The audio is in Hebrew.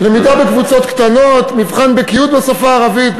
למידה בקבוצות קטנות, מבחן בקיאות בשפה הערבית.